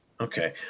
Okay